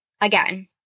Again